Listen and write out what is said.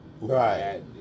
right